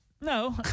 No